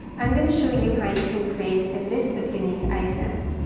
i'm going to show you how you can create a list of unique items.